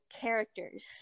characters